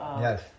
Yes